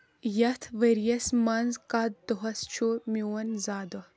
یتھ ؤرۍ یس منٛز کتھ دۄہس چھُ میون زا دۄہ ؟